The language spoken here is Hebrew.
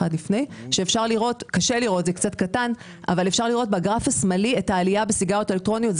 אפשר לראות בגרף השמאלי את העלייה בסיגריות אלקטרוניות.